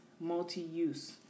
multi-use